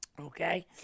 Okay